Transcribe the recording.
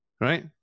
right